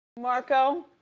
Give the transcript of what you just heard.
marco,